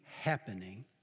happening